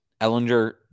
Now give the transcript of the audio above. Ellinger